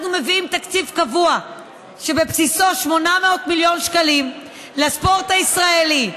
אנחנו מביאים תקציב קבוע שבבסיסו 800 מיליון שקלים לספורט הישראלי.